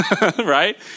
Right